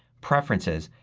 preferences,